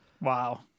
wow